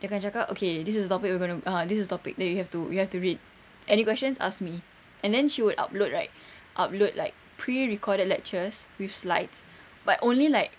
dia akan cakap okay this is the topic we're going to ah this is the topic that you have to you have to read any questions ask me and then she would upload right upload like pre-recorded lectures with slides but only like